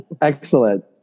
excellent